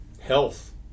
Health